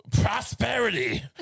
prosperity